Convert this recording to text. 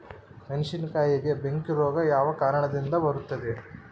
ಮೆಣಸಿನಕಾಯಿಗೆ ಬೆಂಕಿ ರೋಗ ಯಾವ ಕಾರಣದಿಂದ ಬರುತ್ತದೆ?